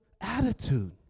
attitude